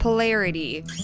Polarity